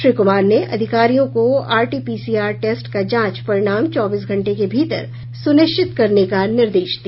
श्री कुमार ने अधिकारियों को आरटीपीसीआर टेस्ट का जांच परिणाम चौबीस घंटे के भीतर सुनिश्चित करने का निर्देश दिया